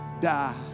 die